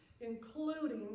including